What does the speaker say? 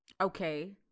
Okay